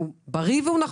שהוא בריא ונכון,